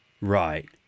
Right